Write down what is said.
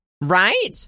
Right